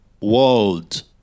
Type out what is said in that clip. world